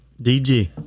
DG